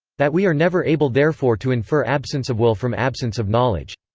that we are never able therefore to infer absence of will from absence of knowledge.